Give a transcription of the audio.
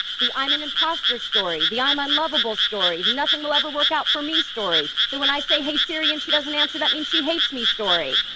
the i'm an impostor story, the i'm unlovable story, the nothing will ever work out for me story. the when i say, hey, siri, and she doesn't answer, that means she hates me story.